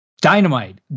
dynamite